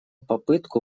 попытку